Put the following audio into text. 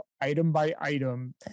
item-by-item